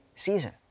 season